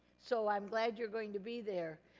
so, i'm glad you're going to be there.